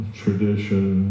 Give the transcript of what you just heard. tradition